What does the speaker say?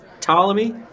Ptolemy